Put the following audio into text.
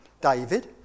David